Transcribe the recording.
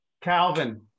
Calvin